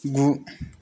गु